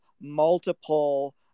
multiple